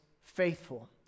faithful